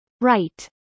Right